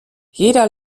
jeder